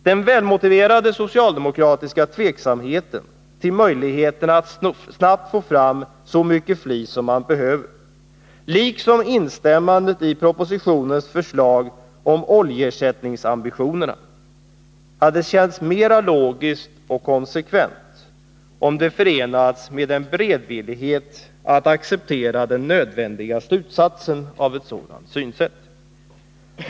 Den välmotiverade socialdemokratiska tveksamheten till möjligheterna att snabbt få fram så mycket flis som man behöver liksom instämmandet i propositionens förslag om oljeersättningsambitionerna hade känts mera logiskt och konsekvent om det förenats med en beredvillighet att acceptera den nödvändiga slutsatsen av ett sådant synsätt.